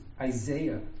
Isaiah